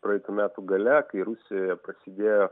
praeitų metų gale kai rusijoje prasidėjo